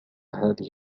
هذه